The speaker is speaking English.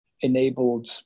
enabled